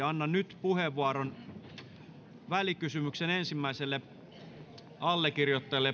annan nyt puheenvuoron välikysymyksen ensimmäiselle allekirjoittajalle